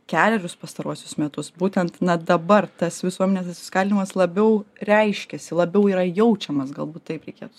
kelerius pastaruosius metus būtent na dabar tas visuomenės susiskaldymas labiau reiškiasi labiau yra jaučiamas galbūt taip reikėtų